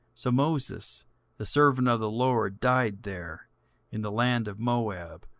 so moses the servant of the lord died there in the land of moab,